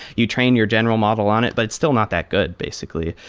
you train your general model on it, but it's still not that good basically.